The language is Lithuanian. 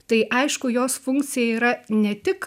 tai aišku jos funkcija yra ne tik